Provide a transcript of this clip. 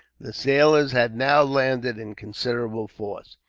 the sailors had now landed in considerable force.